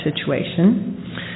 situation